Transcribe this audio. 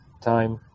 time